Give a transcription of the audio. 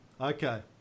Okay